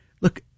look